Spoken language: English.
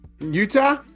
Utah